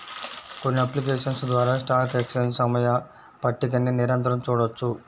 కొన్ని అప్లికేషన్స్ ద్వారా stock exchange సమయ పట్టికని నిరంతరం చూడొచ్చు